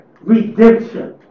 redemption